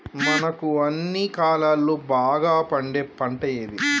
మనకు అన్ని కాలాల్లో బాగా పండే పంట ఏది?